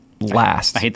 last